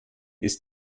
ist